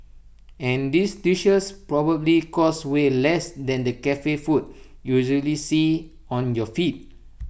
and these dishes probably cost way less than the Cafe food you usually see on your feed